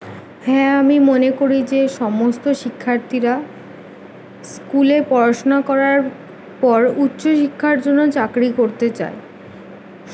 হ্যাঁ আমি মনে করি যে সমস্ত শিক্ষার্থীরা স্কুলে পড়াশোনা করার পর উচ্চশিক্ষার জন্য চাকরি করতে চায়